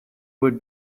would